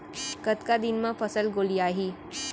कतका दिन म फसल गोलियाही?